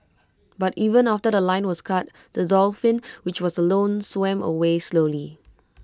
but even after The Line was cut the dolphin which was alone swam away slowly